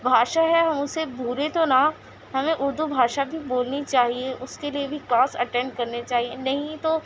بھاشا ہے ہم اسے بھولیں تو نا ہمیں اردو بھاشا بھی بولنی چاہیے اس کے لیے بھی کلاس اٹینڈ کرنے چاہئیں نہیں تو